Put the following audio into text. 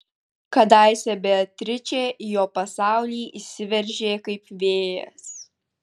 kadaise beatričė į jo pasaulį įsiveržė kaip vėjas